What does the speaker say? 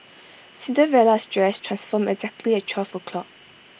Cinderella's dress transformed exactly at twelve o'clock